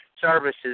services